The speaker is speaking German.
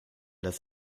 das